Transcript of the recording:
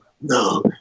no